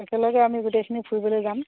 একেলগে আমি গোটেইখিনি ফুৰিবলৈ যাম